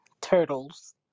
Turtles